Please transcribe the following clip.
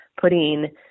putting